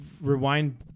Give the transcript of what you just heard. rewind